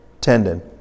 tendon